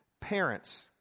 parents